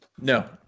No